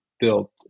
built